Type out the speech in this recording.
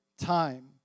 time